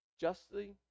justly